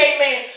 Amen